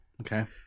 Okay